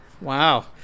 wow